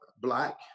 black